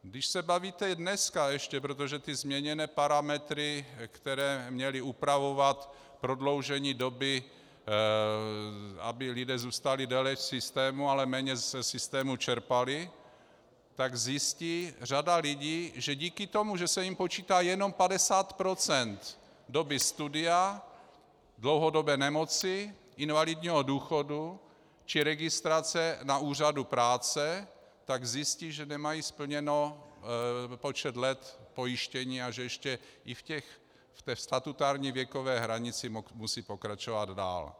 Když se bavíte ještě dneska, protože ty změněné parametry, které měly upravovat prodloužení doby, aby lidé zůstali déle v systému, ale méně ze systému čerpali, tak zjistí řada lidí, že díky tomu, že se jim počítá jenom 50 % doby studia, dlouhodobé nemoci, invalidního důchodu či registrace na úřadu práce, tak zjistí, že nemají splněn počet let pojištění a že ještě i v té statutární věkové hranici musí pokračovat dál.